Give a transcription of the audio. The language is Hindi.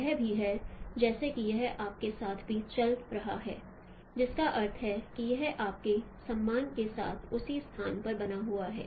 यह भी है जैसे कि यह आपके साथ भी चल रहा है जिसका अर्थ है कि यह आपके सम्मान के साथ उसी स्थान पर बना हुआ है